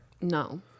No